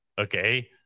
Okay